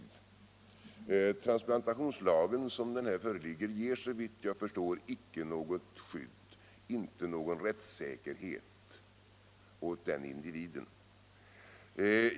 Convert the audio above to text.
Som transplantationslagen här föreligger innebär den, såvitt jag förstår, inte något skydd och inte någon rättssäkerhet för denna individ.